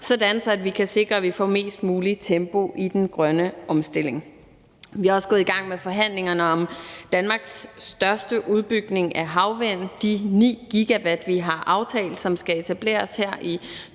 at vi kan sikre, at vi får mest muligt tempo i den grønne omstilling. Vi er også gået i gang med forhandlingerne om Danmarks største udbygning af havvind, de 9 GW, vi har aftalt, som skal etableres her i